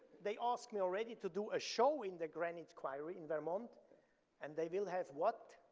they ask me already to do a show in the granite quarry in vermont and they will have what?